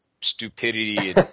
stupidity